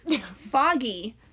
foggy